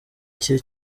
cye